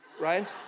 Right